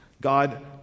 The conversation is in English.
God